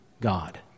God